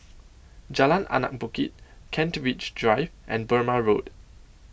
Jalan Anak Bukit Kent Ridge Drive and Burmah Road